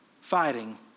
fighting